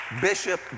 Bishop